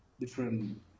different